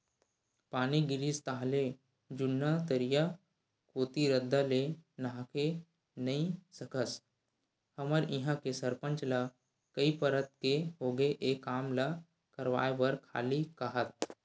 पानी गिरिस ताहले जुन्ना तरिया कोती रद्दा ले नाहके नइ सकस हमर इहां के सरपंच ल कई परत के होगे ए काम ल करवाय बर खाली काहत